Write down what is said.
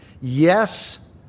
yes